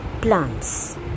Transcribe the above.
plants